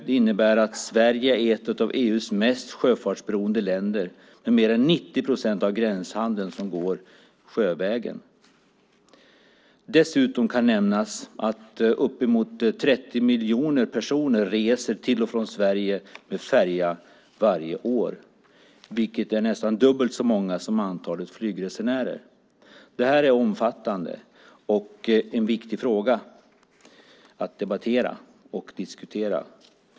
Det innebär att Sverige är ett av EU:s mest sjöfartsberoende länder där mer än 90 procent av gränshandeln går sjövägen. Dessutom kan nämnas att uppemot 30 miljoner personer reser till och från Sverige med färja varje år, vilket är nästan dubbelt så många som antalet flygresenärer. Detta är omfattande, och det är en viktig fråga att debattera och diskutera.